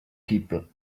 people